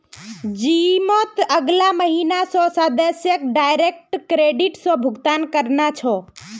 जिमत अगला महीना स सदस्यक डायरेक्ट क्रेडिट स भुक्तान करना छ